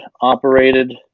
operated